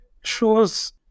shows